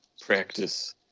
practice